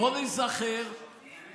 בוא ניזכר.